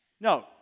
No